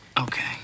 Okay